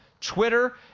Twitter